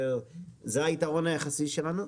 זה הייתרון היחסי שלנו.